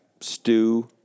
stew